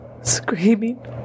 screaming